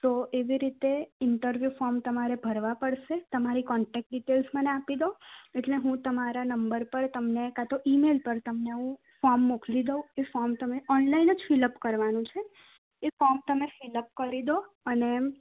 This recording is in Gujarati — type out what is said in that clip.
તો એવી રીતે ઇન્ટરવ્યૂ ફૉર્મ તમારે ભરવા પડસે તમારી કોન્ટેક ડિટેલ્સ મને આપી દો એટલે હું તમારા નંબર પર કાંટો તમારા ઇમેઇલ પર તમને હું ફોર્મ મોકલી દઉં એ ફોર્મ તમે ઓનલાઇન જ ફીલ અપ કરવાનું છે એ ફૉર્મ તમે ફીલ અપ કરી દો તમે